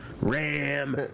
Ram